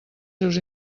seus